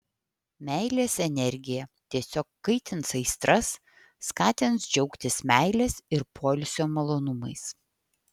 meilės energija tiesiog kaitins aistras skatins džiaugtis meilės ir poilsio malonumais